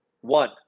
One